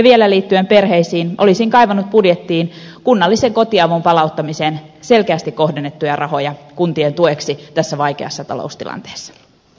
vielä liittyen perheisiin olisin kaivannut budjettiin kunnallisen kotiavun palauttamiseen selkeästi kohdennettuja rahoja kuntien tueksi tässä vaikeassa taloustilanteessa